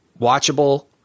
watchable